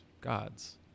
God's